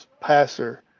passer